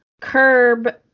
curb